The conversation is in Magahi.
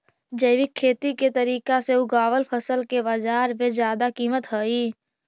जैविक खेती के तरीका से उगाएल फसल के बाजार में जादा कीमत हई